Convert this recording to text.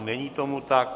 Není tomu tak.